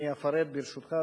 וברשותך,